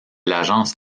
l’agence